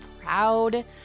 proud